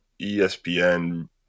ESPN